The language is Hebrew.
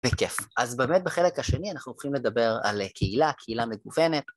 בכיף. אז באמת בחלק השני אנחנו הולכים לדבר על קהילה, קהילה מגוונת.